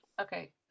Okay